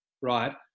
right